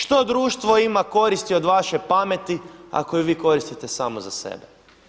Što društvo ima koristi od vaše pameti ako ju vi koristite samo za sebe?